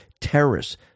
terrorists